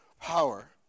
power